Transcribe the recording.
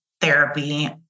therapy